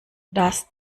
das